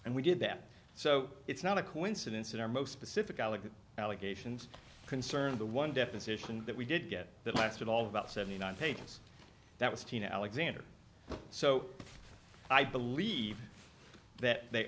and we did that so it's not a coincidence that our most specific alec allegations concerning the one deposition that we did get that lasted all about seventy nine pages that was tina alexander so i believe that they